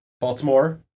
Baltimore